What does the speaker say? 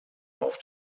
auf